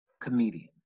comedian